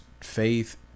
faith